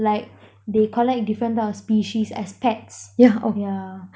like they collect different type of species as pets yeah